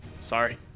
Sorry